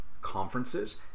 conferences